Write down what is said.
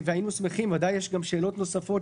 וודאי יש גם שאלות נוספות